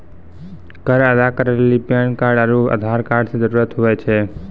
कर अदा करै लेली पैन कार्ड आरू आधार कार्ड रो जरूत हुवै छै